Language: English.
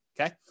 okay